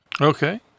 Okay